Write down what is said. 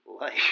life